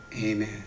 Amen